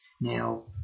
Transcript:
Now